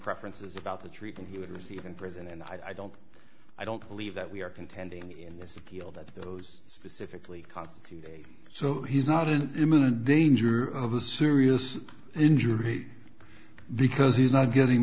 preferences about the treatment he would receive in prison and i don't i don't believe that we are contending in this field that those specifically cost today so he's not in imminent danger of a serious injury because he's not getting